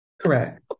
Correct